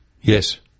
Yes